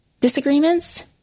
disagreements